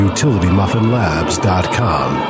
UtilityMuffinLabs.com